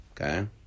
Okay